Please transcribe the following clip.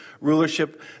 rulership